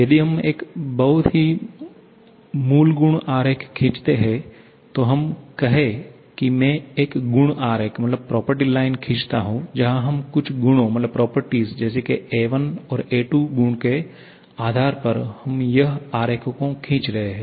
यदि हम एक बहुत ही मूल गुण आरेख खींचते हैं तो हम कहें कि मैं एक गुण आरेख खींचता हूं जहां हम कुछ गुणों जैसे की a1 और a2 गुण के आधार पर हम यह आरेख को खींच रहे हैं